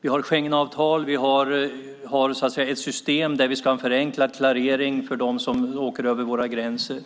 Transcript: Vi har Schengenavtal, det vill säga ett system med förenklad klarering för dem som åker över våra gränser.